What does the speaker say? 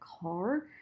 car